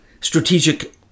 Strategic